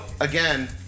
again